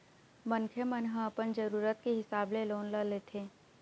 मनखे मन ह अपन जरुरत के हिसाब ले लोन ल लेथे